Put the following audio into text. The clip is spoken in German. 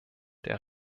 der